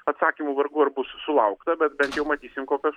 atsakymų vargu ar bus sulaukta bet bent jau matysim kokios